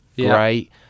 great